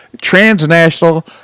transnational